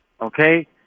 okay